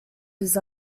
his